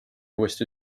uuesti